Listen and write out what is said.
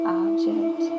object